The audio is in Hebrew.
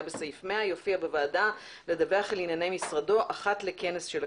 בסעיף 100 יופיע בוועדה לדווח על ענייני משרדי אחת לכנס של הכנסת.